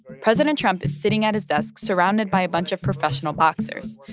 president trump is sitting at his desk, surrounded by a bunch of professional boxers.